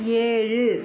ஏழு